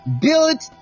built